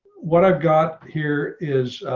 what i've got here is